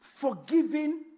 Forgiving